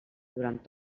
durant